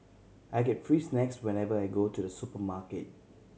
I get free snacks whenever I go to the supermarket